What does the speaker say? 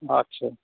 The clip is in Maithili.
अच्छा